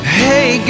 hey